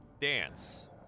dance